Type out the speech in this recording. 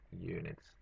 units